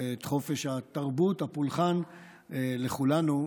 את חופש התרבות והפולחן לכולנו,